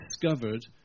discovered